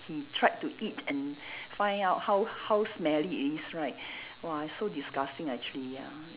he tried to eat and find out how how smelly it is right !wah! it's so disgusting actually ya